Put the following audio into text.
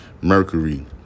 Mercury